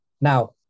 Now